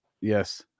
Yes